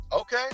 Okay